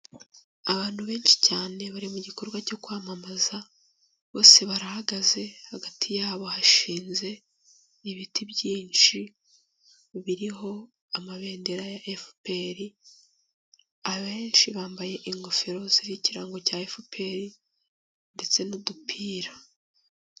Abantu benshi cyane bari mu gikorwa cyo kwamamaza. Bose barahagaze hagati yabo hashinze ibiti byinshi biriho amabendera ya FPR. Abenshi bambaye ingofero ziriho ikirango cya FPR ndetse n'udupira.